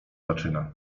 zaczyna